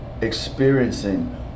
experiencing